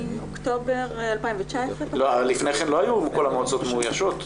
מאוקטובר 2019. לפני כן לא היו כל המועצות מאוישות,